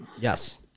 Yes